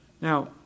Now